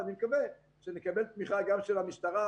אני מקווה שנקבל תמיכה גם של המשטרה,